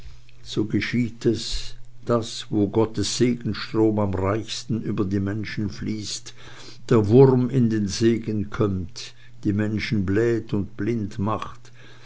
so geschieht es daß wo gottes segenstrom am reichsten über die menschen fließt der wurm in den segen kömmt die menschen bläht und blind macht